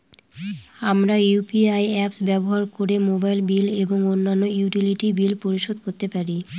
আমরা UPI apps ব্যবহার করে মোবাইল বিল এবং অন্যান্য ইউটিলিটি বিল পরিশোধ করতে পারি